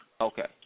Okay